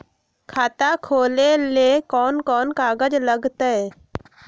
खाता खोले ले कौन कौन कागज लगतै?